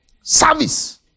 Service